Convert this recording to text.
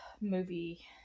movie